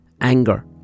anger